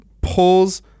pulls